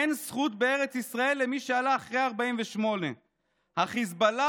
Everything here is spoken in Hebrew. אין זכות בארץ ישראל למי שעלה אחרי 48'. החיזבאללה